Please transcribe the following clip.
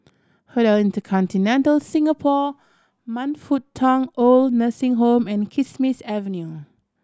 Hotel InterContinental Singapore Man Fut Tong OId Nursing Home and Kismis Avenue